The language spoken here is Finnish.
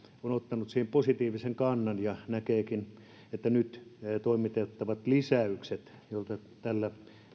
on ottanut siihen positiivisen kannan ja näkeekin että nyt toimitettavat lisäykset joita tällä